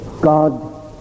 God